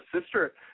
sister